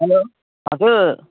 hello हजुर